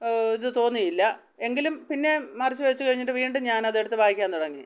ഇതു തോന്നിയില്ല എങ്കിലും പിന്നെ മറച്ചു വെച്ചു കഴിഞ്ഞിട്ട് വീണ്ടും ഞാനതെടുത്തു വായിക്കാൻ തുടങ്ങി